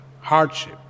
hardship